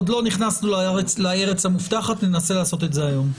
עוד לא נכנסנו לארץ המובטחת וננסה לעשות את זה היום.